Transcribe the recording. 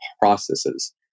processes